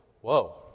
whoa